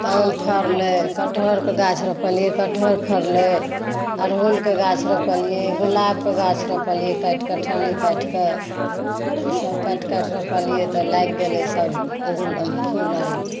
तहन फ़रलै कठहरक गाछ रोपलिए कठहर फ़रलै अरहुलक गाछ रोपलिए गुलाबक गाछ रोपलिए काटिक ठल्ली काटिक ईसभ काटि काटि रोपलिए तऽ लागि गेलै सभ अरहुल फूल अरे